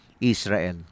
Israel